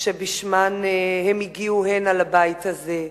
שבשמן הם הגיעו הנה, לבית הזה.